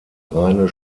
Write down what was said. reine